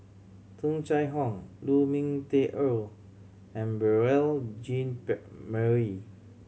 Tung Chye Hong Lu Ming Teh Earl and Beurel Jean Marie